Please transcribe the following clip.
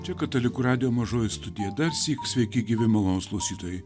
čia katalikų radijo mažoji studija darsyk sveiki gyvi malonūs klausytojai